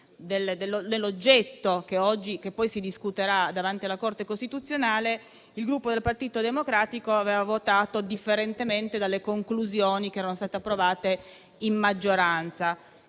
dell'oggetto che poi si discuterà davanti alla Corte costituzionale, il Gruppo Partito Democratico aveva votato differentemente dalle conclusioni che erano state approvate a maggioranza.